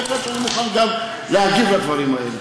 בהחלט אני מוכן גם להגיב על הדברים האלה.